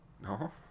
No